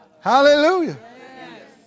Hallelujah